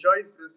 choices